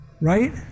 Right